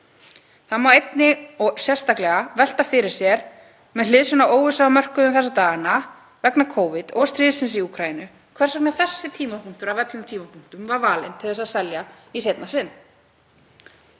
Það má einnig og sérstaklega velta fyrir sér með hliðsjón af óvissu á mörkuðum þessa dagana vegna Covid og stríðsins í Úkraínu hvers vegna þessi tímapunktur af öllum var valinn til að selja í seinna skiptið.